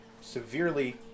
severely